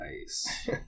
Nice